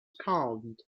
calmed